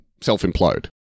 self-implode